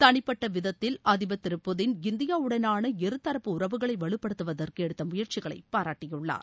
தனிப்பட்ட விதத்தில் அதிபர் திரு புதின் இந்தியாவுடனான இருதரப்பு உறவுகளை வலுப்படுத்துவதற்கு எடுத்த முயற்சிகளைப் பாராட்டியுள்ளார்